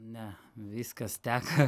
ne viskas teka